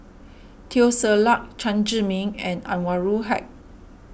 Teo Ser Luck Chen Zhiming and Anwarul Haque